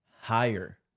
higher